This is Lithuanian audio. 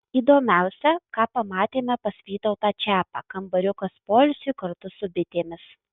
įdomiausia ką pamatėme pas vytautą čiapą kambariukas poilsiui kartu su bitėmis